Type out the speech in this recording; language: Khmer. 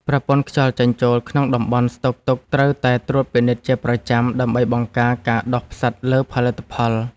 ប្រព័ន្ធខ្យល់ចេញចូលក្នុងតំបន់ស្តុកទុកត្រូវតែត្រួតពិនិត្យជាប្រចាំ ដើម្បីបង្ការការដុះផ្សិតលើផលិតផល។